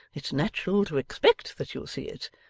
it's natural to expect that you'll see it,